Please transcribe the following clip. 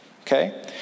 okay